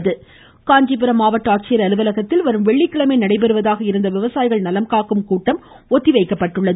ம் ம் ம் ம் ம் ம காஞ்சிபுரம் காஞ்சிபுர மாவட்ட ஆட்சியர் அலுவலகத்தில் வரும் வெள்ளிக்கிழமை நடைபெறுவதாக இருந்த விவசாயிகள் நலம் காக்கும் கூட்டம் ஒத்திவைக்கப்பட்டுள்ளது